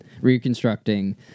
reconstructing